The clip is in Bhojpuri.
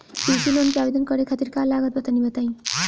कृषि लोन के आवेदन करे खातिर का का लागत बा तनि बताई?